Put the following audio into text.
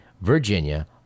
Virginia